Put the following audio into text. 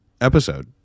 episode